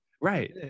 right